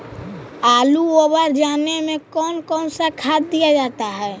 आलू ओवर जाने में कौन कौन सा खाद दिया जाता है?